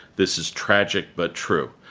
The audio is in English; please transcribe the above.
this is tragic, but true.